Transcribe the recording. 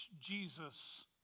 Jesus